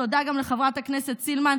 תודה גם לחברת הכנסת סילמן,